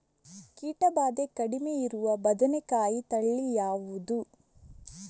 ಕೀಟ ಭಾದೆ ಕಡಿಮೆ ಇರುವ ಬದನೆಕಾಯಿ ತಳಿ ಯಾವುದು?